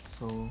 so